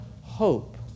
hope